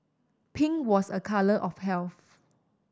pink was a colour of health